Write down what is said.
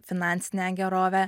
finansinę gerovę